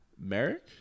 Merrick